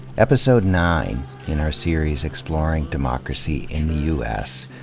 episode nine in our series exploring democracy in the u s.